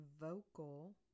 Vocal